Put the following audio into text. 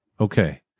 Okay